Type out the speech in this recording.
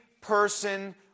person